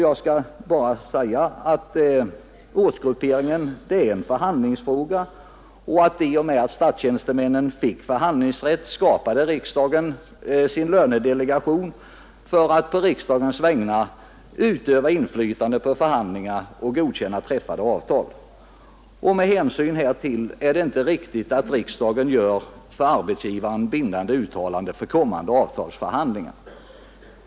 Jag vill bara säga att ortsgrupperingen är en förhandlingsfråga och att riksdagen i samband med att statstjänstemännen fick förhandlingsrätt inrättade sin lönedelegation för att på riksdagens vägnar utöva inflytande på förhandlingar och godkänna träffade avtal. Med hänsyn till detta är det inte riktigt att riksdagen gör för arbetsgivaren bindande uttalanden för kommande avtalsförhandlingar.